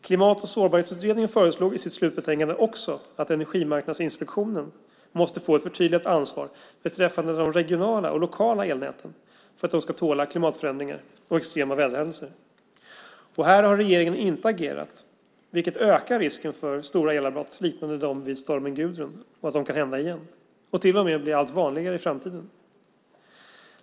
Klimat och sårbarhetsutredningen sade i sitt slutbetänkande att Energimarknadsinspektionen måste få ett förtydligat ansvar beträffande de regionala och lokala elnäten så att dessa klarar klimatförändringar och extrema väderhändelser. Här har regeringen inte agerat, vilket ökar risken för stora elavbrott igen liknande dem i samband med stormen Gudrun och för att de till och med kan bli allt vanligare i framtiden.